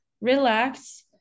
relax